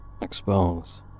expose